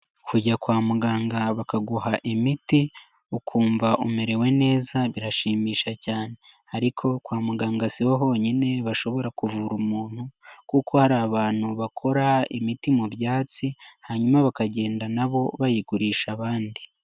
Kujya kwa muganga bakaguha imiti ukumva umerewe neza birashimisha cyane, ariko kwa muganga sibo honyine bashobora kuvura umuntu kuko har'abantu bakora imiti mu byatsi hanyuma bakagenda nabo bayigurisha abandi.